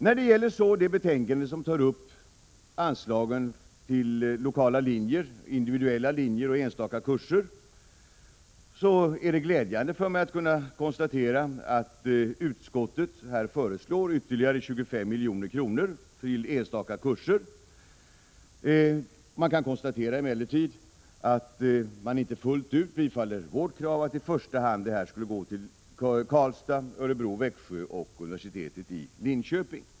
När det sedan gäller det betänkande som behandlar anslagen till lokala och individuella linjer och enstaka kurser är det glädjande att kunna konstatera att utskottet här föreslår ytterligare 25 milj.kr. Utskottet tillstyrker emellertid inte fullt ut vårt krav att medlen i första hand skall gå till högskolorna i Karlstad, Örebro och Växjö och till universitetet i Linköping.